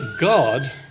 God